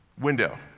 window